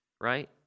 right